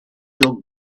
your